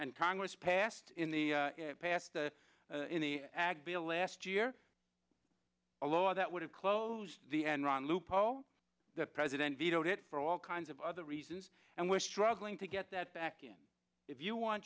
and congress passed in the past the ag bill last year a law that would have closed the enron loophole the president vetoed it for all kinds of other reasons and we're struggling to get that back in if you want